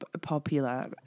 popular